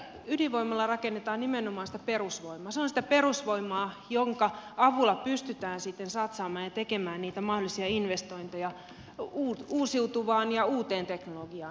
ydinvoimalla rakennetaan nimenomaan perusvoimaa se on sitä perusvoimaa jonka avulla pystytään sitten satsaamaan ja tekemään niitä mahdollisia investointeja uusiutuvaan ja uuteen teknologiaan